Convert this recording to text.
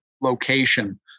location